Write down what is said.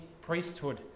priesthood